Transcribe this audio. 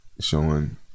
showing